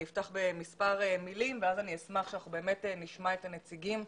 אני אפתח במספר מילים ואז אני אשמח שאנחנו באמת נשמע את הנציגים,